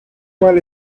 well